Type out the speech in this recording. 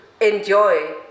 enjoy